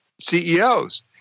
CEOs